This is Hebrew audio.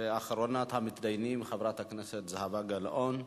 ואחרונת המתדיינים, חברת הכנסת זהבה גלאון.